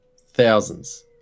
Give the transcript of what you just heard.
thousands